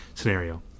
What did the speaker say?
scenario